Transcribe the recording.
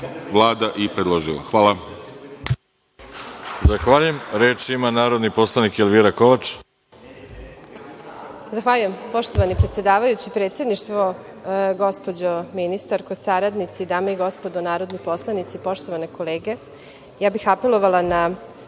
Vlada i predložila. Hvala.